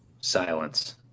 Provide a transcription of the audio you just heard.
silence